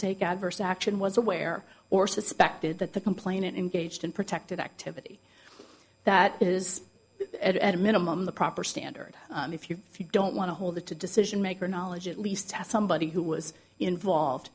take adverse action was aware or suspected that the complainant engaged in protective activity that is at a minimum the proper standard if you if you don't want to hold the to decision maker knowledge at least as somebody who was involved